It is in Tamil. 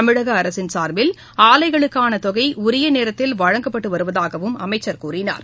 தமிழக அரசின் சார்பில் ஆலைகளுக்கான தொகை உரிய நேரத்தில் வழங்கப்பட்டு வருவதாகவும் அமைச்சர் கூறினார்